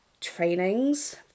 trainings